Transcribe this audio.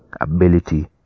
ability